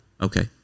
Okay